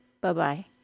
Bye-bye